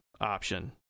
option